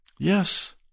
Yes